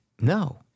No